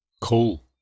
Cool